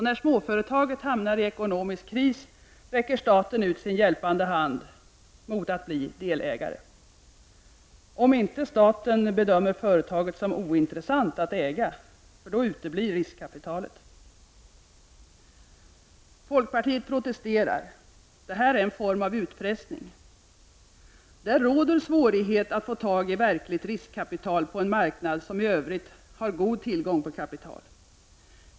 När småföretaget sedan hamnar i ekonomisk kris räcker staten ut sin hjälpande hand mot att få bli ägare. Skulle staten bedöma företaget som ointressant att äga uteblir riskkapitalet. Folkpartiet protesterar! Det här är en form av utpressning. Det råder svå righet att få tag i verkligt riskkapital på en marknad som i övrigt har god tillgång på kapital.